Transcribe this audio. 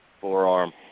forearm